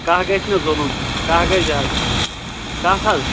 کہہ گژھِ مےٚ ظُلُم کہہ گژھِ زیادٕ کَتھ حظ